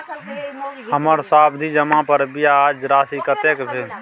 हमर सावधि जमा पर ब्याज राशि कतेक भेल?